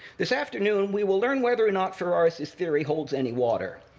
this afternoon, we will learn whether or not ferraris's theory holds any water,